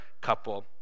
couple